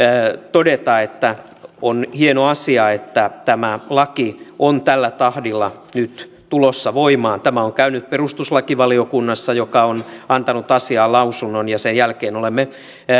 todeta että on hieno asia että tämä laki on tällä tahdilla nyt tulossa voimaan tämä on käynyt perustuslakivaliokunnassa joka on antanut asiaan lausunnon ja sen jälkeen olemme